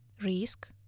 Risk